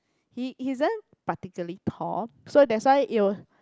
he isn't particularly tall so that's why it'll